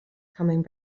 coming